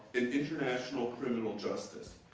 and international criminal justice.